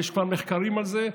יש מחקרים על זה,